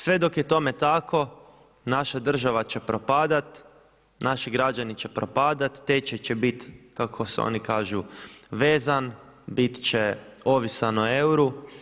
Sve dok je tome tako naša država će propadat, naši građani će propadat, tečaj će biti kako oni kažu vezan, bit će ovisan o euru.